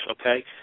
okay